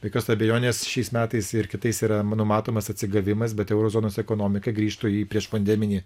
be jokios abejonės šiais metais ir kitais yra numatomas atsigavimas bet euro zonos ekonomika grįžtų į priešpandeminį